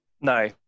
No